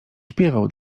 śpiewał